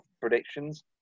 predictions